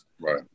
Right